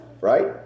right